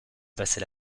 passer